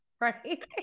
right